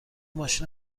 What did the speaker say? ماشین